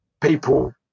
people